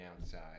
outside